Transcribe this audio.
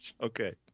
Okay